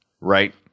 Right